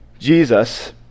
Jesus